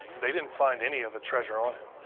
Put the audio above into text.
they didn't find any of the treasure on him.